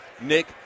Nick